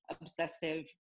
obsessive